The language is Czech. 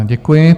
Děkuji.